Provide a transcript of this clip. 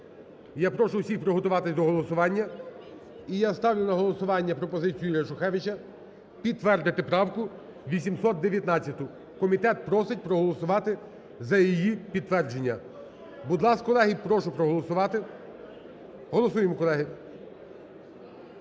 Я прошу всіх приготуватися до голосування. І я ставлю на голосування пропозицію Юрія Шухевича, підтвердити правку 819. Комітет просить проголосувати за її підтвердження. Будь ласка, колеги, прошу проголосувати. Голосуємо, колеги.